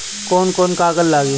कौन कौन कागज लागी?